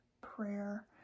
prayer